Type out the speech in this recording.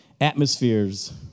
atmospheres